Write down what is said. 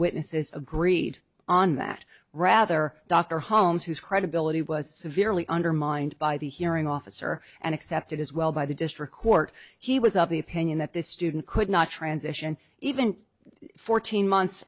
witnesses agreed on that rather dr holmes whose credibility was severely undermined by the hearing officer and accepted as well by the district court he was of the opinion that this student could not transition even fourteen months